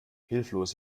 hilflos